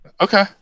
Okay